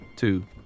Two